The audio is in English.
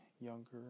younger